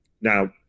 now